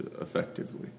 effectively